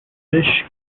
fish